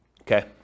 Okay